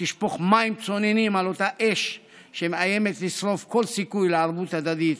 תשפוך מים צוננים על אותה אש שמאיימת לשרוף כל סיכוי לערבות ההדדית,